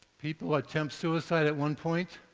people attempt suicide at one point.